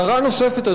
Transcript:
הערה נוספת,